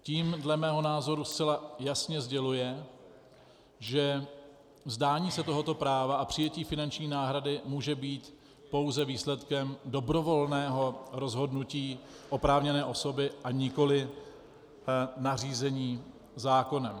Tím dle mého názoru zcela jasně sděluje, že vzdání se tohoto práva a přijetí finanční náhrady může být pouze výsledkem dobrovolného rozhodnutí oprávněné osoby, a nikoli nařízení zákonem.